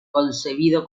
concebido